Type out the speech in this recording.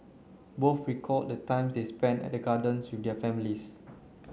both recalled the times they spent at the gardens with their families